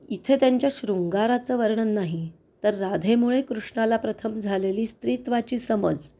इथे त्यांच्या शृंगाराचं वर्णन नाही तर राधेमुळे कृष्णाला प्रथम झालेली स्त्रीत्वाची समज